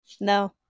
No